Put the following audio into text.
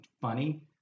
funny